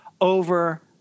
over